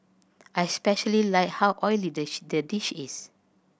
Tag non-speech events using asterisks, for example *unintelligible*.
I especially like how oily the *unintelligible* dish is